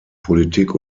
politik